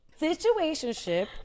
Situationship